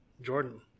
Jordan